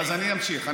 אז אני אמשיך.